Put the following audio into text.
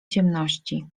ciemności